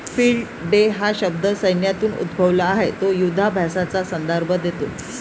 field day हा शब्द सैन्यातून उद्भवला आहे तो युधाभ्यासाचा संदर्भ देतो